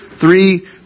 three